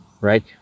right